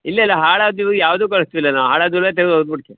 ಇಲ್ಲ ಇಲ್ಲ ಹಾಳಾದ್ದು ಹೂ ಯಾವುದೂ ಕಳ್ಸೋದಿಲ್ಲ ನಾವು ಹಾಳಾದ್ದು ಹೂವೆಲ್ಲ ತೆಗ್ದು ಒಗ್ದು ಬಿಡ್ತಿವಿ